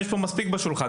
יש פה מספיק בשולחן,